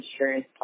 insurance